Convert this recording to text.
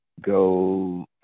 Go